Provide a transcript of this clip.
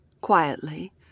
quietly